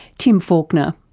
tim falconer.